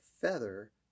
feather